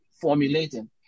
formulating